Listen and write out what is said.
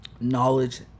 knowledge